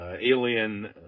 alien